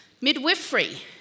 Midwifery